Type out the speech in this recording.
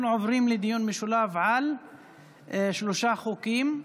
אנחנו עוברים לדיון משולב על שלושה חוקים.